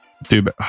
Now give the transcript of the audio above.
Dude